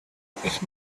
ich